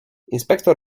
inspektor